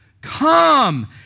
come